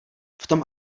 vtom